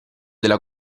della